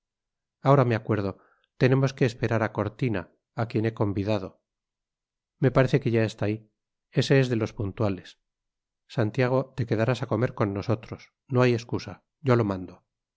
ahora me acuerdo tenemos que esperar a cortina a quien he convidado me parece que ya está ahí ese es de los puntuales santiago te quedarás a comer con nosotros no hay excusa yo lo mando con